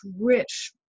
rich